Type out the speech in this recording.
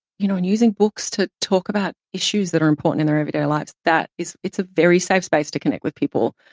you know, and using books to talk about issues that are important in their everyday lives. that is, it's a very safe space to connect with people.